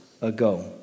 ago